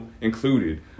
included